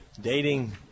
dating